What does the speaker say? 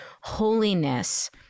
holiness